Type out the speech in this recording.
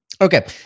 Okay